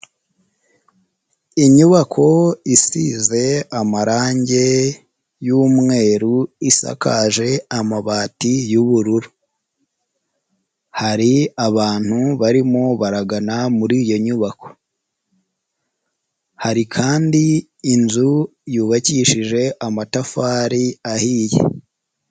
Inyubako isize amarange y'umweru isakaje amabati y'ubururu, hari abantu barimo baragana muri iyo nyubako hari kandi inzu yukishije amatafari ahiye.